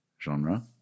genre